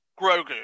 Grogu